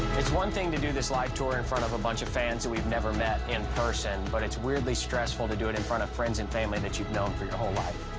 it's one thing to do this live tour in front of a bunch of fans that we've never met in person, but it's weirdly stressful to do it in front of friends and family that you've known for your whole life.